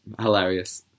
hilarious